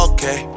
Okay